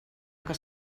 que